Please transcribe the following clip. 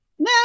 no